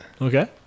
Okay